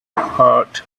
heart